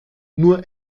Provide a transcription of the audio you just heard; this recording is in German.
nur